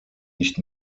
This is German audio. nicht